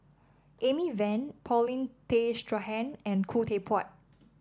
Amy Van Paulin Tay Straughan and Khoo Teck Puat